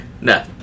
No